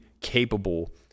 capable